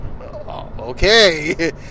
okay